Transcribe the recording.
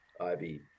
Ivy